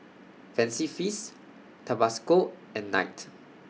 Fancy Feast Tabasco and Knight